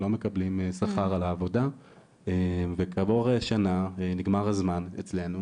לא מקבלים שכר על העבודה וכעבור שנה ונגמר הזמן אצלנו